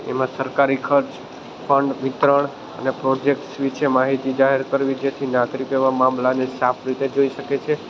એમાં સરકારી ખર્ચ ફંડ વિતરણ અને પ્રોજેક્ટ્સ વિશે માહિતી જાહેર કરવી જેથી નાગરિક એવા મામલાની સાફ રીતે જોઈ શકે છે